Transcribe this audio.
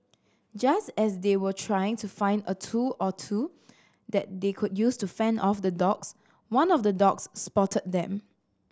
just as they were trying to find a tool or two that they could use to fend off the dogs one of the dogs spotted them